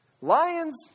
Lions